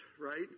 right